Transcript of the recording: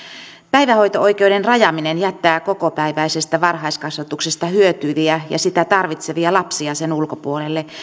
päivähoito oikeuden rajaaminen jättää kokopäiväisestä varhaiskasvatuksesta hyötyviä ja sitä tarvitsevia lapsia sen ulkopuolelle